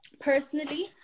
Personally